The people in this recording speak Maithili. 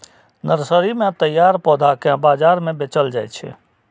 नर्सरी मे तैयार पौधा कें बाजार मे बेचल जाइ छै